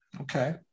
Okay